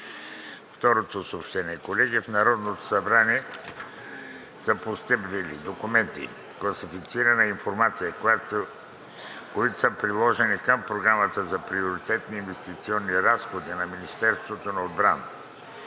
октомври 2022 г. Колеги, в Народното събрание са постъпили документи, класифицирана информация, приложени към Програмата за приоритетни инвестиционни разходи на Министерството на отбраната,